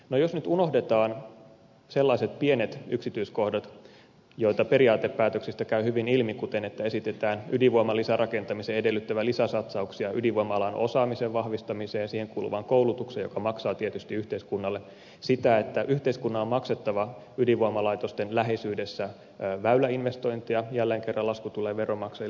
no jos nyt unohdetaan sellaiset pienet yksityiskohdat joita periaatepäätöksistä käy hyvin ilmi kuten että esitetään ydinvoiman lisärakentamisen edellyttävän lisäsatsauksia ydinvoima alan osaamisen vahvistamiseen ja siihen kuuluvaan koulutukseen mikä maksaa tietysti yhteiskunnalle sitä että yhteiskunnan on maksettava ydinvoimalaitosten läheisyydessä väyläinvestointeja jälleen kerran lasku tulee veronmaksajille